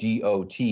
dot